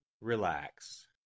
Relax